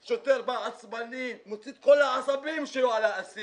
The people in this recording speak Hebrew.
שוטר בא עצבני, מוציא את כל העצבים שלו על האסיר.